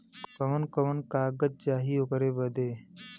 कवन कवन कागज चाही ओकर बदे?